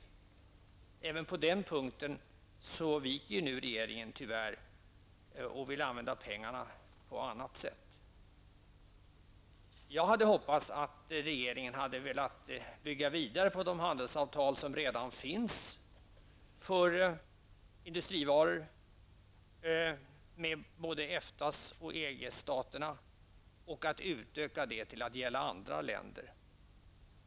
Även på den punkten viker nu regeringen tyvärr och vill använda pengarna på annat sätt. Jag hade hoppats att regeringen hade velat bygga på de handelsavtal som redan finns för industrivaror med både EFTA och EG-staterna och att utöka dem till att gälla andra länder.